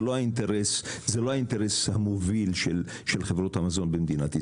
זה לא האינטרס המוביל של חברות המזון במדינת ישראל.